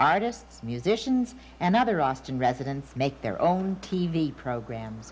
artists musicians and other austin residents make their own t v program